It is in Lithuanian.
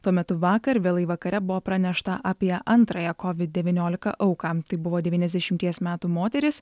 tuo metu vakar vėlai vakare buvo pranešta apie antrąją kovid devyniolika auką tai buvo devyniasdešimties metų moteris